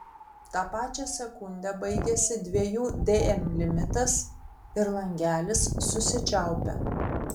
tą pačią sekundę baigiasi dviejų dm limitas ir langelis susičiaupia